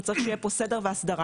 וצריך שיהיה פה סדר והסדרה,